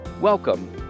Welcome